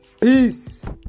Peace